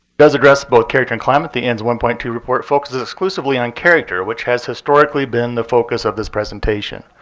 does address both character and climate, the ends one point two report focuses exclusively on character, which has historically been the focus of this presentation.